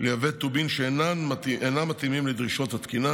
לייבא טובין שאינם מתאימים לדרישות התקינה,